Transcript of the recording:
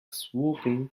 swooping